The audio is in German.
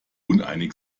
uneinig